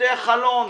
פותח חלון,